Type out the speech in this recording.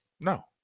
No